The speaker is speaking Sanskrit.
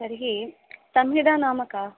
तर्हि संहिता नाम का